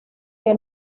que